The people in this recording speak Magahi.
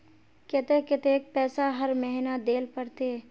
केते कतेक पैसा हर महीना देल पड़ते?